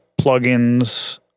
plugins